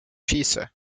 schieße